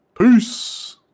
Peace